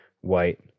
white